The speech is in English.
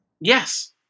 Yes